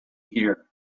here